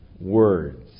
Words